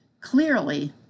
Clearly